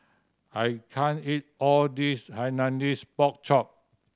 I can't eat all this Hainanese Pork Chop